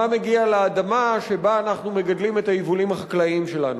מה מגיע לאדמה שבה אנחנו מגדלים את היבולים החקלאיים שלנו.